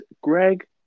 Greg